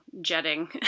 jetting